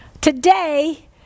Today